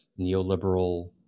neoliberal